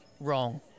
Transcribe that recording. wrong